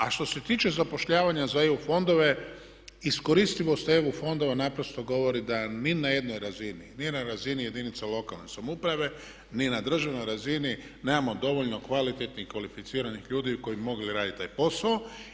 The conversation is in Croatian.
A što se tiče zapošljavanja za EU fondove iskoristivost EU fondova naprosto govori da ni na jednoj razini, ni na razini jedinica lokalne samouprave ni na državnoj razini nemamo dovoljno kvalitetnih i kvalificiranih ljudi koji bi mogli raditi taj posao.